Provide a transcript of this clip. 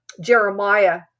Jeremiah